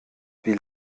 wie